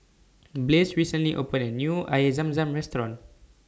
Blaze recently opened A New Air Zam Zam Restaurant